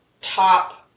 top